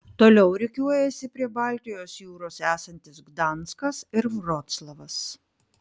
toliau rikiuojasi prie baltijos jūros esantis gdanskas ir vroclavas